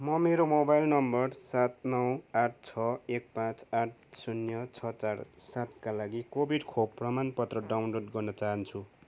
म मेरो mobile number सात नौ आठ छ एक पाँच आठ शून्य छ चार सातकालागि कोभिड खोप प्रमाणपत्र डाउनलोड गर्न चाहन्छु